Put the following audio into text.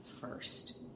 first